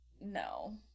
No